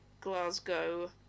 Glasgow